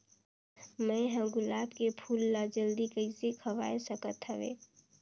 मैं ह गुलाब के फूल ला जल्दी कइसे खवाय सकथ हवे?